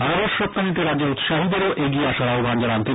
আনারস রপ্তানিতে রাজ্যের উৎসাহীদেরও এগিয়ে আসার আহ্বান জানান তিনি